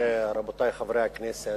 רבותי חברי הכנסת,